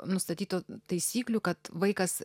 nustatytų taisyklių kad vaikas